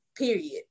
Period